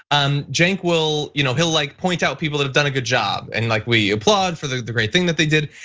um like will you know will like point out people that have done a good job, and like we applaud for the great thing that they did.